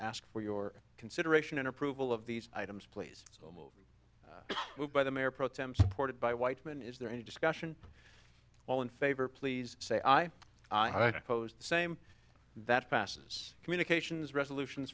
ask for your consideration and approval of these items please by the mayor pro tem supported by whiteman is there any discussion all in favor please say i posed the same that passes communications resolutions